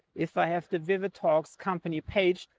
if i have the vivid talks company page,